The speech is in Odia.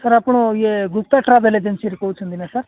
ସାର୍ ଆପଣ ଇଏ ଗୁପ୍ତା ଟ୍ରାଭେଲ୍ ଏଜେନ୍ସିରୁ କହୁଛନ୍ତି ନା ସାର୍